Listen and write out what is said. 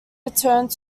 returned